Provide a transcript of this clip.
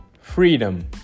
freedom